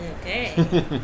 Okay